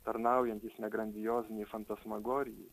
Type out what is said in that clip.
tarnaujantys ne grandiozinei fantasmagorijai